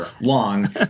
long